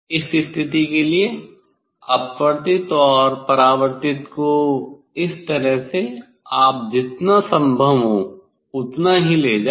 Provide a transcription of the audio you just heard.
इस स्थिति के लिए अपवर्तित और परावर्तित को इस तरह से आप जितना संभव हो उतना ही ले जाएं